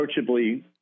Approachably